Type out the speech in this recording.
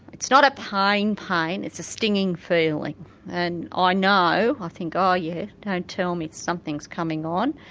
it's not a pain, pain it's a stinging feeling and ah i know, i think oh yeah, don't tell me, something's coming on.